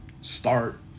start